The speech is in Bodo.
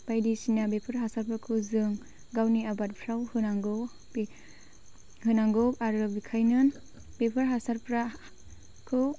बायदिसिना बेफोर हासारफोरखौ जों गावनि आबादफ्राव होनांगौ बे होनांगौ आरो बेखायनो बेफोर हासारफोरखौ